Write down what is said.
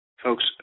Folks